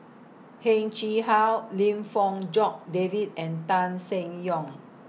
Heng Chee How Lim Fong Jock David and Tan Seng Yong